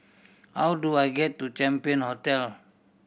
how do I get to Champion Hotel